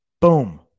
Boom